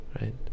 right